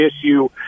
issue